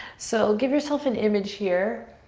so give yourself an image here.